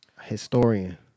Historian